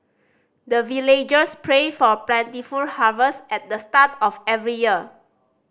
the villagers pray for plentiful harvest at the start of every year